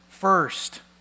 first